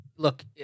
Look